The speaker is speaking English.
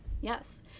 Yes